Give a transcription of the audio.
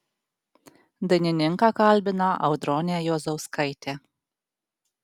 dainininką kalbina audronė juozauskaitė